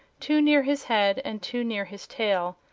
two near his head and two near his tail.